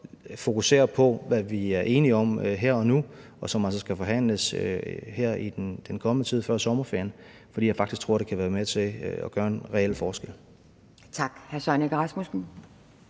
så fokusere på det, vi er enige om her og nu, og som altså skal forhandles her i den kommende tid før sommerferien. For jeg tror faktisk, det kan være med til at gøre en reel forskel. Kl. 11:30 Anden